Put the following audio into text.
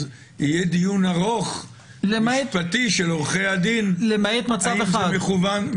אז יהיה דיון משפטי ארוך של עורכי הדין האם זה מכוון.